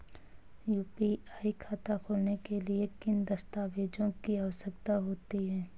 UPI खाता खोलने के लिए किन दस्तावेज़ों की आवश्यकता होती है?